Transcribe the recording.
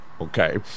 Okay